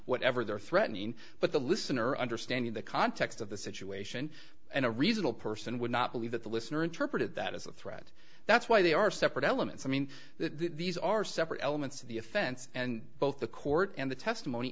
whatever they're threatening but the listener understanding the context of the situation and a reasonable person would not believe that the listener interpreted that as a threat that's why they are separate elements i mean these are separate elements of the offense and both the court and the testimony